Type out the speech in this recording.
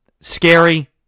Scary